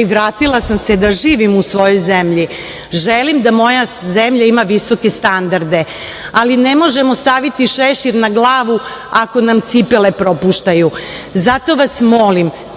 i vratila sam se da živim u svojoj zemlji. Želim da moja zemlja ima visoke standarde, ali ne možemo staviti šešir na glavu ako nam cipele propuštaju. Zato vas molim,